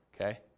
okay